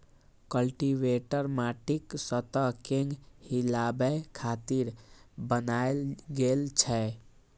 cultivator माटिक सतह कें हिलाबै खातिर बनाएल गेल छै